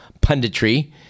punditry